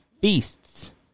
feasts